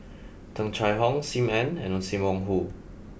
Tung Chye Hong Sim Ann and Sim Wong Hoo